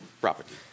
property